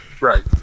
Right